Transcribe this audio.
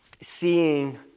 seeing